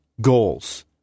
goals